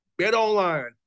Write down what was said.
BetOnline